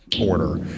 order